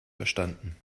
verstanden